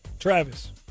Travis